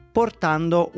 portando